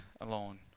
alone